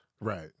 Right